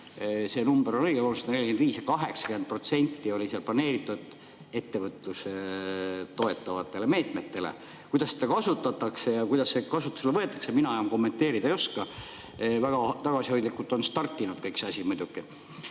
see number, 345, on õige –, siis 80% oli seal planeeritud ettevõtlust toetavatele meetmetele. Kuidas seda kasutatakse ja kuidas see kasutusele võetakse, mina enam kommenteerida ei oska. Väga tagasihoidlikult on startinud kõik see asi muidugi.